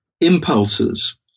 impulses